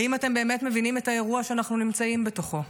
האם אתם באמת מבינים את האירוע שאנחנו נמצאים בתוכו?